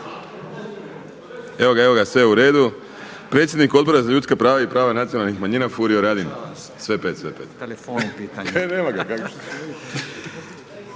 nema. evo ga sve uredu. Predsjednik Odbora za ljudska prava i prava nacionalnih manjina Furio Radin. **Radin, Furio